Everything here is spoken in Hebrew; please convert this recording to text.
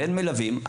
ואין מלווים,